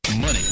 Money